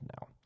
now